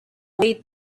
way